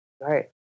Right